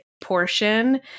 portion